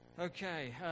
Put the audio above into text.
Okay